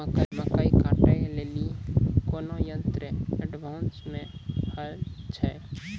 मकई कांटे ले ली कोनो यंत्र एडवांस मे अल छ?